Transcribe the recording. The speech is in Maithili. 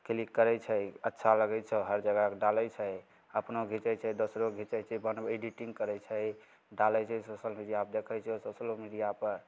क्लिक करै छही तऽ अच्छा लगै छऽ हर जगहके डालै छही अपनो घिचै छै दोसरोके घिचै छै बनबै एडिटिन्ग करै छही डालै छै सोशल मीडिआपर देखै छै सोशलो मीडिआपर